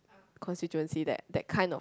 constituency that that kind of